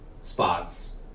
spots